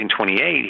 1928